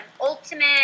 ultimate